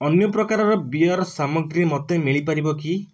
ଅନ୍ୟପ୍ରକାରର beer ସାମଗ୍ରୀ ମୋତେ ମିଳିପାରିବ କି